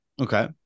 Okay